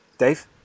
Dave